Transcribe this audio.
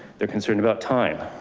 they're concerned about time.